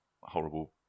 horrible